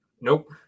Nope